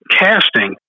casting